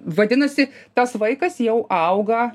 vadinasi tas vaikas jau auga